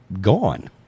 gone